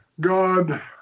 God